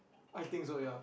I think so ya